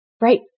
Right